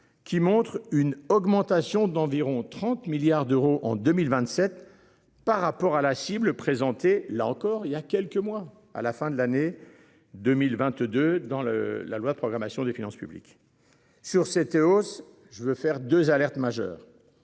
qui montrent une augmentation d'environ 30 milliards d'euros en 2027 par rapport à la cible présenté là encore il y a quelques mois à la fin de l'année 2022 dans le. La loi de programmation des finances publiques sur cette hausse. Je veux faire deux alertes majeures.